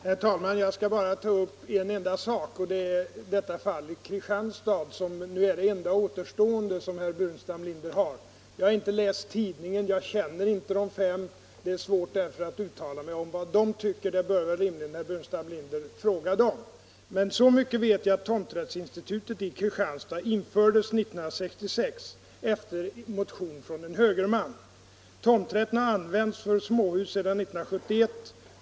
Herr talman! Jag skall bara ta upp fallet i Kristianstad, som är det enda som återstår för herr Burenstam Linder. Jag har inte läst tidningen, jag känner inte de fem, och det är därför svårt för mig att uttala mig om vad de tycker. Det bör herr Burenstam Linder rimligen fråga dem. Men så mycket vet jag att tomträttsinstitutet i Kristianstad infördes 1966 efter en motion från en högerman. Tomträtten har använts för småhus sedan 1971.